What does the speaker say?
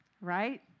right